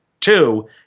two